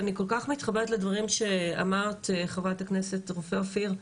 ואני כל כך מתחברת לדברים שאמרת חברת הכנסת רופא אופיר,